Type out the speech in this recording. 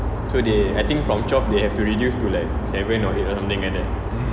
so they I think from twelve they have to reduce to like seven or eight or something like that